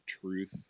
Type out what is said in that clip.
truth